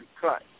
cut